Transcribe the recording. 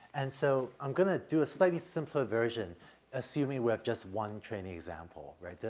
and so i'm going to do a slightly simpler version assuming we have just one training example, right?